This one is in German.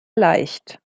leicht